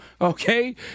Okay